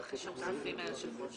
עדיין צריך אישור סופי מהיושב-ראש.